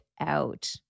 out